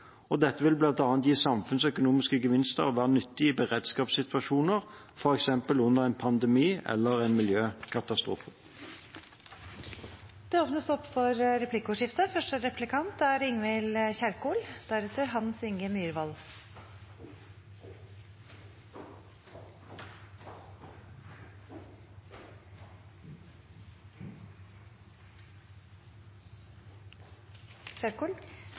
Dette vil bl.a. gi samfunnsøkonomiske gevinster og være nyttig i beredskapssituasjoner, f.eks. under en pandemi eller en miljøkatastrofe. Det blir replikkordskifte.